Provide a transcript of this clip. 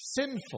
sinful